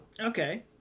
Okay